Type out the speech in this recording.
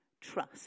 trust